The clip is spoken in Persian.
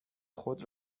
خود